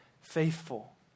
faithful